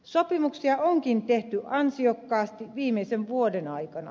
sopimuksia onkin tehty ansiokkaasti viimeisen vuoden aikana